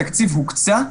התקציב הוקצה.